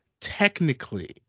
Technically